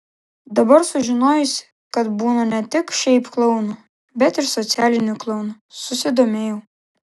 dabar sužinojusi kad būna ne tik šiaip klounų bet ir socialinių klounų susidomėjau